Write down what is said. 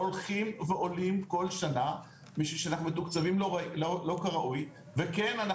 הולכים ועולים כל שנה משום שאנחנו מתוקצבים לא כראוי וכן,